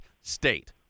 state